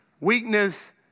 Weakness